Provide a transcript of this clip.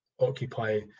occupy